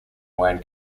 wayne